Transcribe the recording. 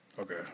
Okay